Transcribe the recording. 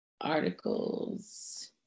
articles